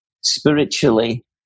spiritually